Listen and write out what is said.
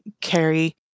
carry